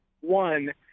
One